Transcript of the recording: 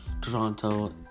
Toronto